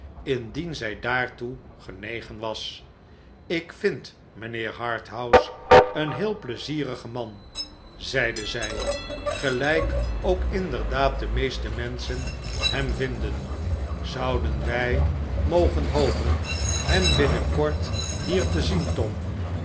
indien zij daartoe genegen was ik vind rnijnheer harthouse een heel pleizierig man zeide zij gelijk ook inderdaad de meeste menschen hem vinden zouden wij mogen hopen hem binnenkort hierte zien tom